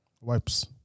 Wipes